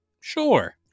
Sure